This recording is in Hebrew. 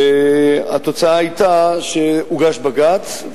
התוצאה היתה שהוגש בג"ץ,